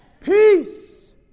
Peace